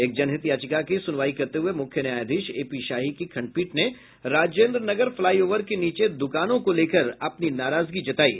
एक जनहित याचिका की सुनवाई करते हुए मुख्य न्यायाधीश ए पी शाही की खंडपीठ ने राजेन्द्रनगर फ्लाई ओवर के नीचे दूकानों को लेकर अपनी नाराजगी जताायी